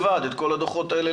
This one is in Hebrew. את כל הדוחות האלה,